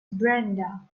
brenda